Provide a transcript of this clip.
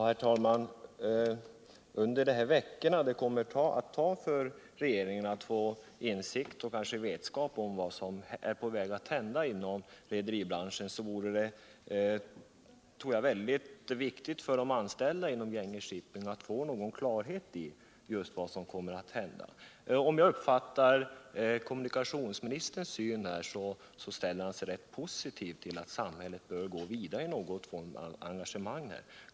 Herr talman! Under de veckor som det kommer att ta för regeringen att få insikt och kanske vetskap om vad som är på väg att hända inom rederibranschen vore det, tror jag, väldigt viktigt för de anställda i Gränges Shipping att få någon klarhet I vad som kommer att hända. Om jag uppfattar kommunikationsministerns syn på frågan rätt, så har han en positiv inställning till att samhället bör gå vidare med någon form av engagemang här.